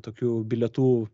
tokių bilietų